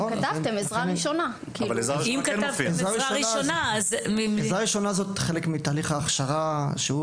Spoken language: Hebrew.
עזרה ראשונה היא חלק מתהליך ההכשרה,